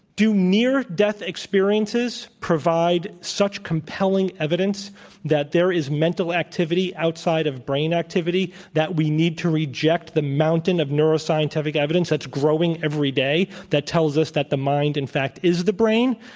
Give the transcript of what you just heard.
do near death experiences provide such compelling evidence that there is mental activity outside of brain activity, that we need to reject the mountain of neuroscientific evidence that's growing every day, that tells us that the mind, in fact, is the brain?